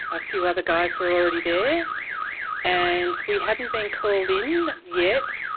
a few other guys were already there and we hadn't been called in yet.